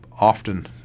often